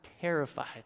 terrified